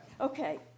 Okay